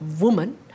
woman